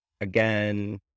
again